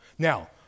Now